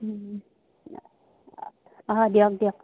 অঁ দিয়ক দিয়ক